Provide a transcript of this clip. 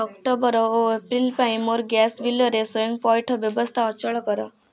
October ଓ April ପାଇଁ ମୋର ଗ୍ୟାସ୍ ବିଲର ସ୍ଵୟଂ ପଇଠ ବ୍ୟବସ୍ଥା ଅଚଳ କର